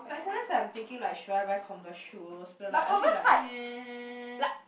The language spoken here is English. but sometimes I'm thinking like should I buy Converse shoe but like a bit like